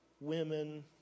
women